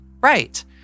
right